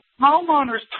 homeowner's